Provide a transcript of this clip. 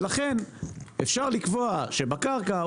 ולכן אפשר לקבוע שבקרקע,